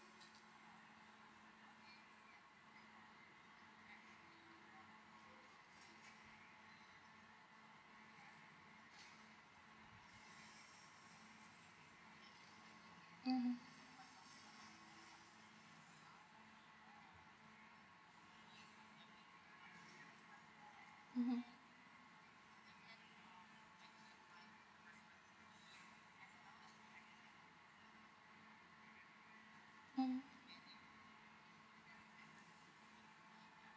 mmhmm mmhmm mmhmm